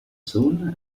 soon